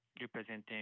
representing